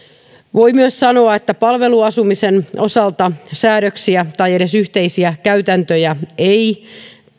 voi myös sanoa että palveluasumisen osalta säädöksiä tai edes yhteisiä käytäntöjä ei